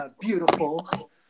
beautiful